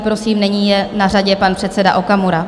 Prosím, nyní je na řadě pan předseda Okamura.